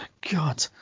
God